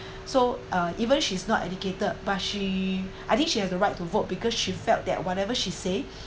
so uh even she's not educated but she I think she has the right to vote because she felt that whatever she say